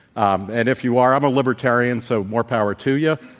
um and if you are, i'm a libertarian, so more power to yeah